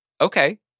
okay